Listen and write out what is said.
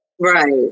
Right